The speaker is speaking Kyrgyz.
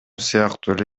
сыяктуу